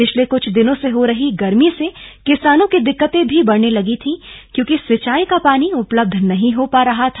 पिछले कुछ दिनों से हो रही गर्मी से किसानों की दिक्कत भी बढ़ने लगी थी क्योंकि सिंचाई का पानी उपलब्ध नहीं हो पा रहा था